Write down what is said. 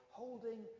holding